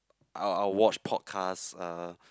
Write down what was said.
I'll I'll watch podcasts uh